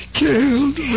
killed